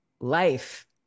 life